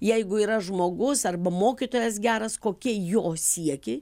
jeigu yra žmogus arba mokytojas geras kokie jo siekiai